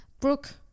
Brooke